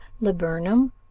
laburnum